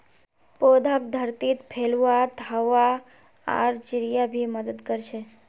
पौधाक धरतीत फैलवात हवा आर चिड़िया भी मदद कर छे